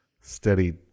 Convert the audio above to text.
Steady